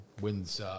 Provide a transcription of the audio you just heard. wins